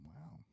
Wow